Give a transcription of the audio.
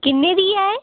किन्ने दी ऐ एह्